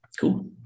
cool